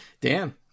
dan